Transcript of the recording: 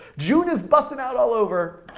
june is bustin' out all over!